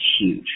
huge